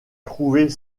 trouver